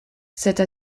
cette